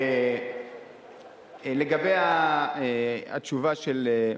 לגבי התשובה לך,